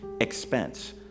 expense